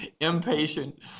impatient